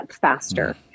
faster